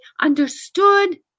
understood